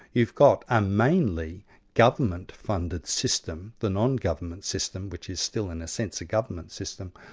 you've got a mainly government funded system, the non-government system, which is still in a sense a government system,